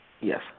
yes